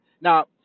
Now